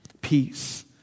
peace